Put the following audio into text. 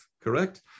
correct